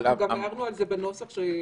אנחנו גם הערנו על זה בנוסח של החוק.